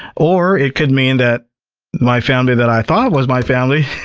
or it could mean that my family that i thought was my family,